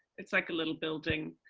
it's like a little building,